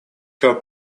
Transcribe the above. her